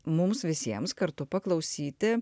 mums visiems kartu paklausyti